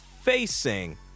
facing